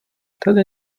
tady